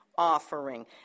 Offering